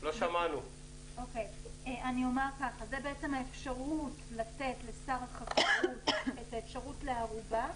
זו בעצם האפשרות לתת לשר החקלאות את האפשרות לערובה,